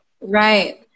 Right